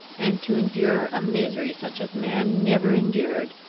and to endure a misery such as man never endured,